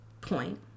point